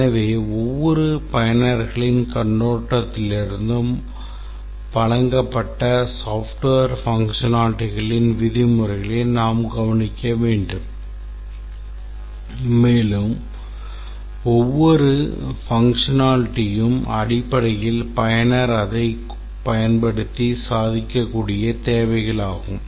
எனவே ஒவ்வொரு பயனர்களின் கண்ணோட்டத்திலிருந்தும் வழங்கப்பட்ட software functionalityகளின் விதிமுறைகளை நாம் கவனிக்க வேண்டும் மேலும் ஒவ்வொரு functionalityம் அடிப்படையில் பயனர் அதைப் பயன்படுத்தி சாதிக்கக்கூடிய வேலையாகும்